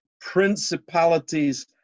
principalities